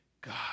God